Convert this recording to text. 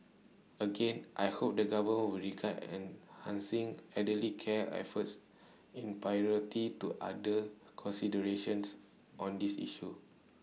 again I hope the government will regard enhancing elderly care efforts in priority to other considerations on this issue